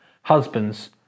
Husbands